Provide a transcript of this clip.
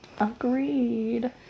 agreed